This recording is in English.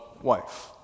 wife